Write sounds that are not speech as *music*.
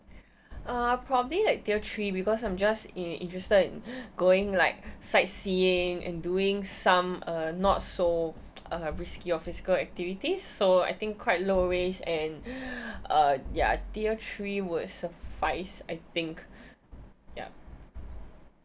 uh probably like tier three because I'm just in interested in going like sightseeing and doing some uh not so uh risky or physical activities so I think quite low risk and *breath* uh ya tier three would suffice I think ya